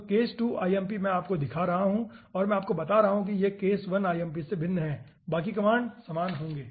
तो case2 lmp मैं आपको दिखा रहा हूँ और मैं आपको बता रहा हूँ जहाँ यह case1 lmp से भिन्न है बाकी कमांड समान होंगे